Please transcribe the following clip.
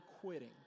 quitting